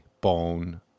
bone